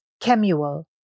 Kemuel